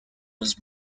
was